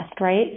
right